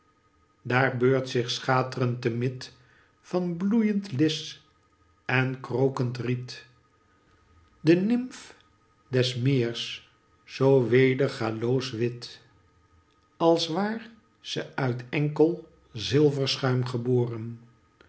daar beurt zich schaa trend te mid van bloeyend lisch en krokend riet de nymf des meirs zoo wedergaeloos wit als waar ze uit enkel zilverschuim geboren